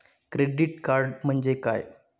Credit card म्हणजे काय?